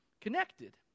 connected